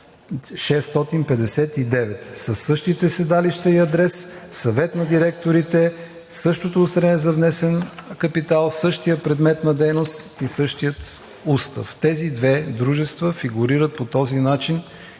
същите седалище и адрес и Съвет на директорите, със същото удостоверение за внесен капитал, със същия предмет на дейност, със същия устав. Тези две дружества фигурират по този начин